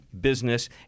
business